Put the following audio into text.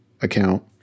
account